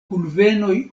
kunvenoj